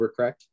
overcorrect